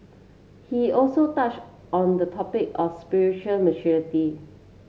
he also touch on the topic of spiritual maturity